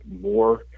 more